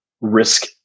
risk